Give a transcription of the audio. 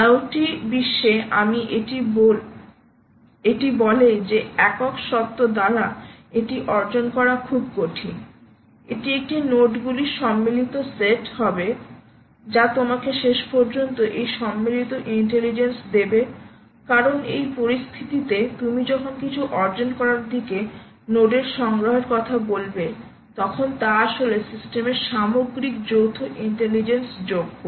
IoT ওয়ার্ল্ডে আমি এটি বলে যে একক সত্তা দ্বারা এটি অর্জন করা খুব কঠিন এটি একটি নোডগুলির সম্মিলিত সেট হতে হবে যা তোমাকে শেষ পর্যন্ত এই সম্মিলিত ইন্টেলিজেন্স দেবে কারণ এই পরিস্থিতিতেতুমি যখন কিছু অর্জন করার দিকে নোডের সংগ্রহের কথা বলবে তখন তা আসলে সিস্টেমের সামগ্রিক যৌথ ইন্টেলিজেন্স যোগ করে